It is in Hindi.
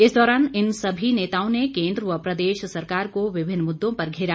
इस दौरान इन सभी नेताओं ने केन्द्र व प्रदेश सरकार को विभिन्न मुद्दों पर घेरा